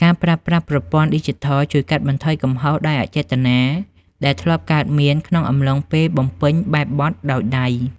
ការប្រើប្រាស់ប្រព័ន្ធឌីជីថលជួយកាត់បន្ថយកំហុសដោយអចេតនា ដែលធ្លាប់កើតមានក្នុងកំឡុងពេលបំពេញបែបបទដោយដៃ។